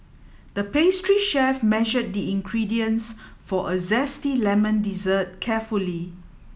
the pastry chef measured the ingredients for a zesty lemon dessert carefully